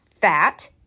fat